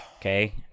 okay